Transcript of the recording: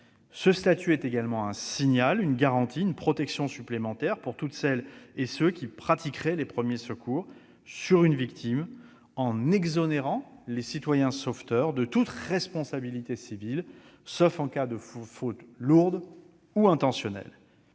ce statut est également un signal, une garantie, une protection supplémentaire pour toutes celles et tous ceux qui pratiqueraient les premiers secours sur une victime, en ce que les citoyens sauveteurs seront exonérés de toute responsabilité civile, sauf en cas de faute lourde ou intentionnelle.